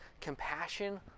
compassion